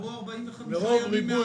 עברו 45 ימים מהאסון.